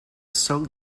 silk